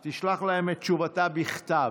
היא תשלח להם את תשובתה בכתב.